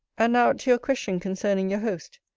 and, now, to your question concerning your host.